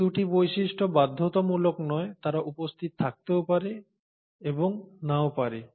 এই 2টি বৈশিষ্ট্য বাধ্যতামূলক নয় তারা উপস্থিত থাকতেও পারে এবং নাও পারে